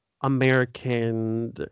American